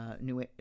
New